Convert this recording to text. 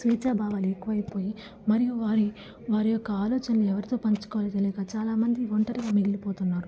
స్వేచ్ఛ భావాలు ఎక్కువైపోయి మరియు వారి వారి యొక్క ఆలోచనలు ఎవరితో పంచుకోవాలో తెలియక చాలామంది ఒంటరిగా మిగిలిపోతున్నారు